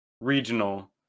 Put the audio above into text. regional